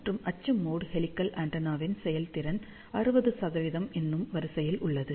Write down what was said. மற்றும் அச்சு mode helical ஆண்டெனாவின் செயல்திறன் 60 என்னும் வரிசையில் உள்ளது